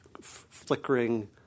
flickering